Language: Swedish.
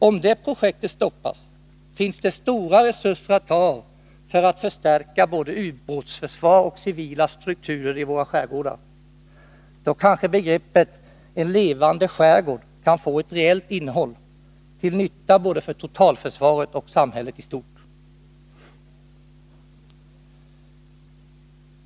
Om det försöket stoppas finns det stora resurser att ta av för att förstärka både ubåtsförsvar och civila strukturer i våra skärgårdar. Då kanske begreppet ”en levande skärgård” kan få ett reellt innehåll, till nytta både för totalförsvaret och för samhället i stort.